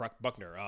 Buckner